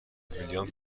ویلیام